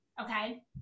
okay